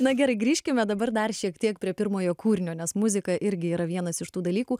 na gerai grįžkime dabar dar šiek tiek prie pirmojo kūrinio nes muzika irgi yra vienas iš tų dalykų